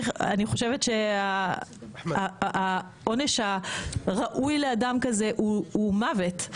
אני חושבת שהעונש הראוי לאדם כזה הוא מוות.